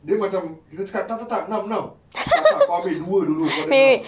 then macam kita cakap tak tak tak enam enam tak tak kau ambil dua dulu kau dengar